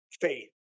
faith